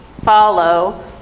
follow